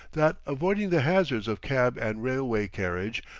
that, avoiding the hazards of cab and railway carriage,